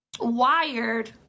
wired